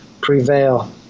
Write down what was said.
prevail